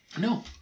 No